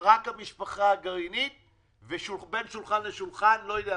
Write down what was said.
רק המשפחה הגרעינית ובין שולחן לשולחן לא יודע מה,